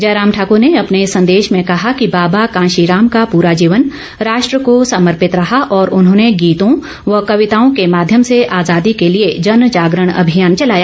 जयराम ठाकुर ने अपने संदेश में कहा कि बाबा कांशीराम का पूरा जीवन राष्ट्र को समर्पित रहा और उन्होंने गीतों व कविताओं के माध्यम से आजादी के लिए जन जागरण अभियान चलाया